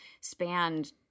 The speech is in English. spanned